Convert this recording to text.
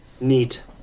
Neat